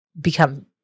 become